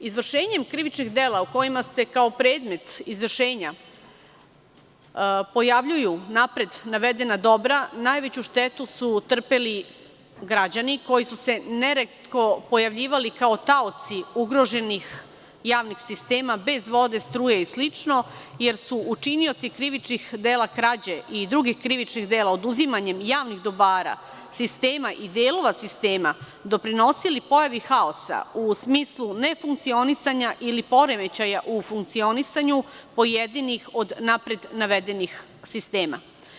Izvršenjem krivičnih dela u kojima se kao predmet izvršenja pojavljuju napred navedena dobra, najveću štetu su trpeli građani koji su se neretko pojavljivali kao taoci ugroženih javnih sistema, bez vode, struje i slično, jer su učinioci krivičnih dela krađe i drugih krivičnih dela oduzimanjem javnih dobara, sistema i delova sistema doprinosili pojavi haosa u smislu nefunkcionisanja ili poremećaja u funkcionisanju pojedinih od napred navedenih sistema.